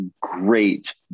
great